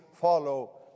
follow